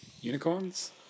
Unicorns